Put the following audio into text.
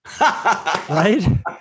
Right